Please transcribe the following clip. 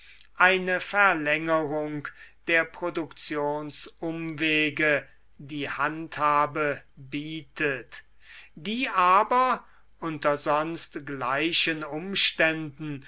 eine verlängerung der produktionsumwege die handhabe bietet die aber unter sonst gleichen umständen